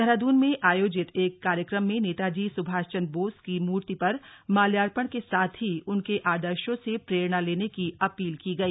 देहरादून में आयोजित एक कार्यक्रम में नेताजी सुभाष चंद्र बोस की मूर्ति पर माल्यार्पण के साथ ही उनके आदर्शों से प्रेरणा लेने की अपील की गई